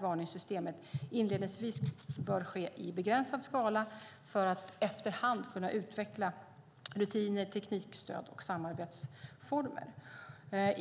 varningssystemet inledningsvis skulle genomföras i begränsad skala och att rutiner, teknikstöd och samarbetsformer skulle utvecklas efter hand.